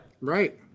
Right